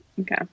Okay